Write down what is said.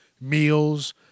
Meals